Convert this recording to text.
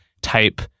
type